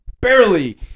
barely